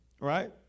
Right